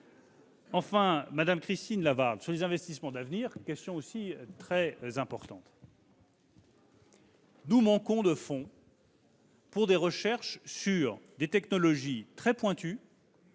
Madame Christine Lavarde, la question des investissements d'avenir est très importante. Nous manquons de fonds pour des recherches sur des technologies très pointues